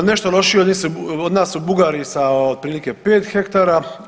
Nešto lošije od nas su Bugari sa otprilike 5 hektara.